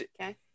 Okay